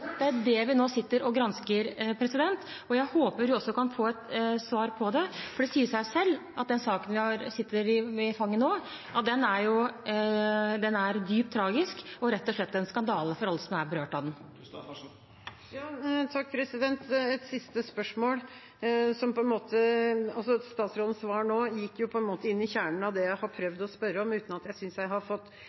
Det er det vi nå sitter og gransker, og jeg håper vi kan få et svar på det, for det sier seg selv at den saken vi sitter med i fanget nå, er dypt tragisk og rett og slett en skandale for alle som er berørt av den. Et siste spørsmål, for statsrådens svar nå gikk på en måte inn i kjernen av det jeg har prøvd å spørre om, uten at jeg synes jeg har fått